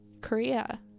Korea